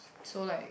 so like